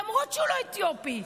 למרות שהוא לא אתיופי.